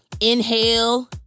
Inhale